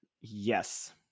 Yes